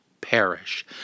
perish